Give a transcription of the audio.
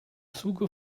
zuge